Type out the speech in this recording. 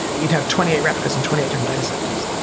you'd have twenty eight replicas in twenty eight different data centers.